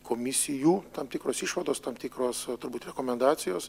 komisijų tam tikros išvados tam tikros turbūt rekomendacijos